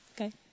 okay